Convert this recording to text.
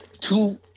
two